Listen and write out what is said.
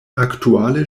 aktuale